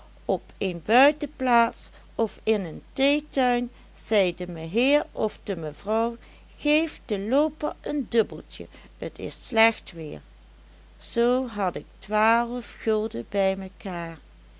op een buitenplaats of in een theetuin zei de meheer of de mevrouw geef de looper een dubbeltje t is slecht weer zoo had ik twaalf gulden bij mekaar